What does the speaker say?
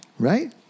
Right